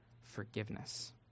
forgiveness